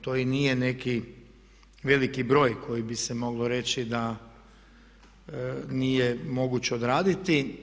To i nije neki veliki broj koji bi se moglo reći da nije moguće odraditi.